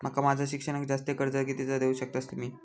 माका माझा शिक्षणाक जास्ती कर्ज कितीचा देऊ शकतास तुम्ही?